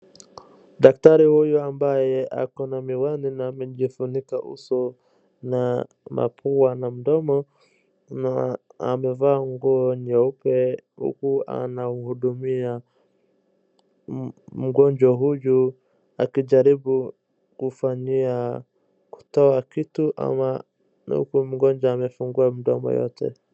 Daktari huyu ambaye akona miwani, na amejifunika uso na mapua na mdomo, amevaa nguo nyeupe huku anamhudumia mgonjwa huyu, akijaribu kufanyia kutoa kitu ama huku mgonjwa amefungua mdomo yote.